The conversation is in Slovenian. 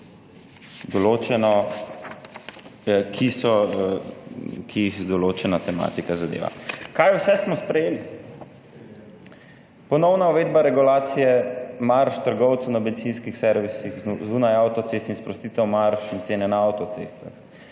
vse skupine, ki jih določena tematika zadeva. Kaj vse smo sprejeli? Ponovna uvedba regulacije marž trgovcev na bencinskih servisih zunaj avtocest in sprostitev marž in cene na avtocestah,